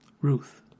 Ruth